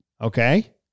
Okay